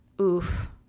oof